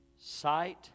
sight